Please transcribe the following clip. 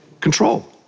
Control